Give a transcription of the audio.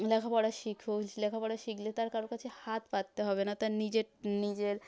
লেখাপড়া শিখুক লেখাপড়া শিখলে তার কারোর কাছে হাত পাততে হবে না তার নিজের নিজের